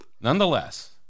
Nonetheless